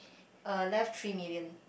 uh left three million